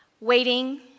Waiting